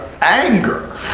anger